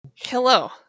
Hello